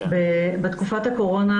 היועצות דיווחו בתקופת הקורונה